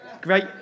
Great